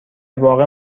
واقع